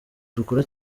dukora